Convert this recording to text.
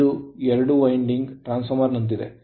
ಇದು ಎರಡು winding ಅಂಕುಡೊಂಕಾದ ಟ್ರಾನ್ಸ್ ಫಾರ್ಮರ್ ನಂತಿದೆ